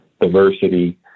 diversity